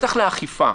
בטח לאכיפה.